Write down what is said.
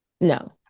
No